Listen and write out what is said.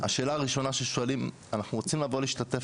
השאלה הראשונה ששואלים היא "אנחנו רוצים לבוא להשתתף,